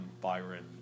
Byron